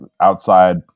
outside